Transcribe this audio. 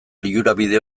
lilurabide